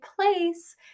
place